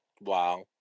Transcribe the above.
Wow